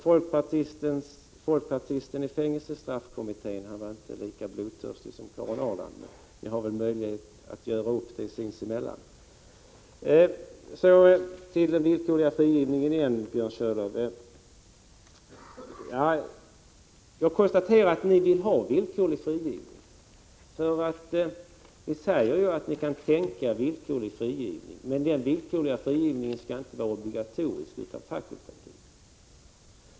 Folkpartisten i fängelsestraffkommittén var inte lika blodtörstig som Karin Ahrland. Ni får väl möjlighet att göra upp detta sinsemellan. Så åter till frågan om den villkorliga frigivningen, Björn Körlof. Jag konstaterar att ni vill ha en ordning med villkorlig frigivning. Ni säger att ni kan tänka er villkorlig frigivning, men den skall inte vara obligatorisk utan fakultativ.